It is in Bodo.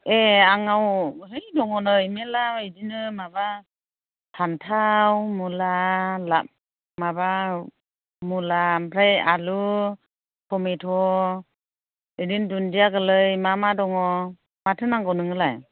ए आंनाव है दङ नै मेरल्ला बेदिनो माबा फान्थाव मुला माबा मुला ओमफ्राय आलु थमेथ' बेदिनो दुन्दिया गोरलै मा मा दङ माथो नांगौ नोंनोलाय